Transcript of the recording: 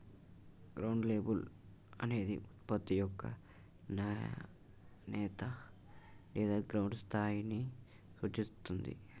ground label అనేది ఉత్పత్తి యొక్క నాణేత లేదా గ్రౌండ్ స్థాయిని సూచిత్తుంది